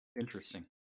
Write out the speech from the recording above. interesting